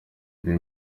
kenya